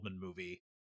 movie